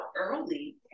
early